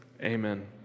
Amen